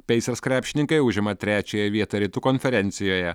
peisers krepšininkai užima trečiąją vietą rytų konferencijoje